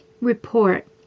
report